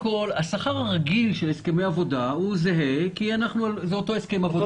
השכר הרגיל על פי הסכמי עבודה הוא זהה כי זה אותו הסכם עבודה,